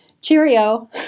Cheerio